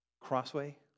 crossway